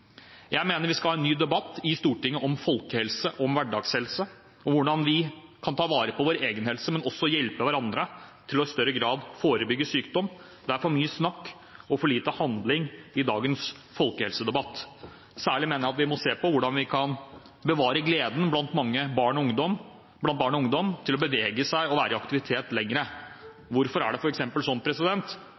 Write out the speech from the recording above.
Jeg mener vi skal ha en ny debatt i Stortinget om folkehelse, om hverdagshelse, om hvordan vi kan ta vare på vår egen helse, men også hjelpe hverandre til i større grad å forebygge sykdom. Det er for mye snakk og for lite handling i dagens folkehelsedebatt. Særlig mener jeg vi må se på hvordan vi kan bevare gleden blant barn og ungdom til å bevege seg og å være i aktivitet lenger. Hvorfor er det f.eks. sånn